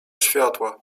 światła